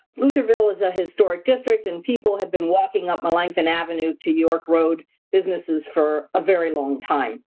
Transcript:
lutherville is a historic district and people had been walking up melanchthon avenue to york road businesses for a very long time.